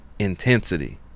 intensity